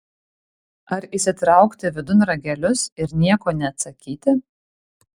ar įsitraukti vidun ragelius ir nieko neatsakyti